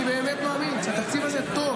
אני באמת מאמין שהתקציב הזה טוב,